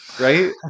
right